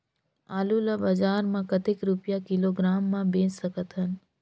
आलू ला बजार मां कतेक रुपिया किलोग्राम म बेच सकथन?